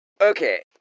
Okay